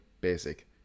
basic